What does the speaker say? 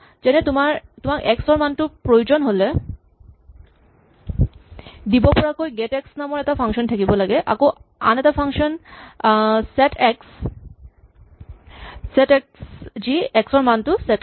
যেনে তোমাক এক্স ৰ মানটো প্ৰয়োজন হ'লে দিব পৰাকৈ গেট এক্স নামৰ এটা ফাংচন থাকিব লাগে আকৌ আন এটা ফাংচন ছেট এক্স যি এক্স ৰ মানটো ছেট কৰে